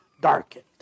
darkened